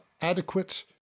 adequate